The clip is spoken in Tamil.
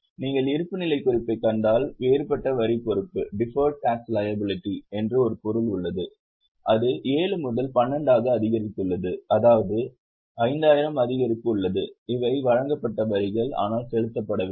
நீங்கள் இருப்புநிலைக் குறிப்பைக் கண்டால் வேறுபட்ட வரி பொறுப்பு என்று ஒரு பொருள் உள்ளது அது 7 முதல் 12 ஆக அதிகரித்துள்ளது அதாவது 5000 அதிகரிப்பு உள்ளது இவை வழங்கப்பட்ட வரிகள் ஆனால் செலுத்தப்படவில்லை